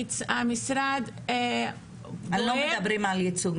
המשרד --- אנחנו לא מדברים על ייצוג,